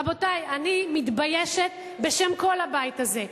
רבותי, אני מתביישת בשם כל הבית הזה.